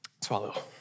Swallow